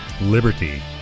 liberty